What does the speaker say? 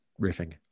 riffing